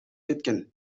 кеткен